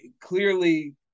clearly